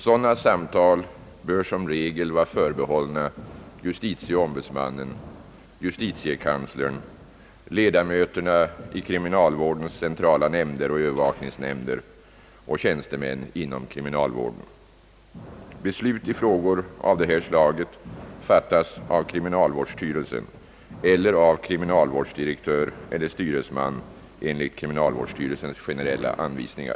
Sådana samtal bör som regel vara förbehållna justitieombudsmannen, justitiekanslern, ledamöterna i kriminalvårdens centrala nämn Beslut i frågor av detta slag fattas av kriminalvårdsstyrelsen eller av kriminalvårdsdirektör — eller — styresman enligt kriminalvårdsstyrelsens generella anvisningar.